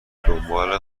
دنبال